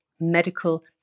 medical